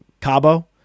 Cabo